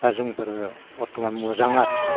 दा जोंफोरो बर्थमान मोजां आरो